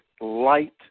light